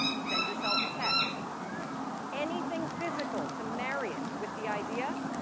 send yourself a text anything physical to marry it with the idea,